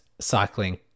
cycling